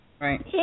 Right